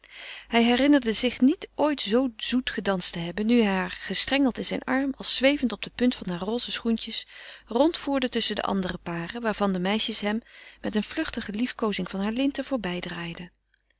hij herinnerde zich niet ooit zoo zoet gedanst te hebben nu hij haar gestrengeld in zijn arm als zwevend op de punt harer roze schoentjes rondvoerde tusschen de andere paren waarvan de meisjes hem met een vluchtige liefkoozing harer linten voorbij